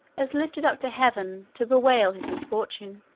as lifted up to heaven to bewail his misfortune.